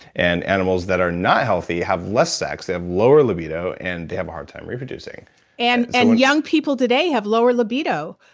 and animals that are not healthy have less sex. they have lower libido and they have a hard time reproducing and and young people have lower libido.